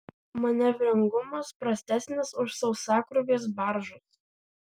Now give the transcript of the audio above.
manevringumas prastesnis už sausakrūvės baržos